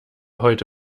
heute